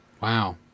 Wow